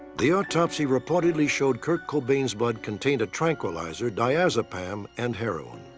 the autopsy reportedly showed kurt cobain's blood contained a tranquilizer, diazepam, and heroin.